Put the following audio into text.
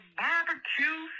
barbecue